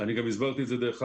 דרך אגב,